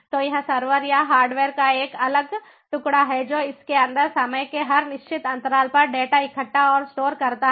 तो यह सर्वर या हार्डवेयर का एक अलग टुकड़ा है जो इसके अंदर समय के हर निश्चित अंतराल पर डेटा इकट्ठा और स्टोर करता है